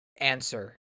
answer